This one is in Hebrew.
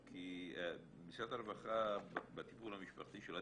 משרד הרווחה בטיפול המשפחתי שלו,